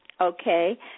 Okay